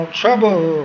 trouble